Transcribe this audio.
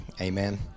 Amen